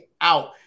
out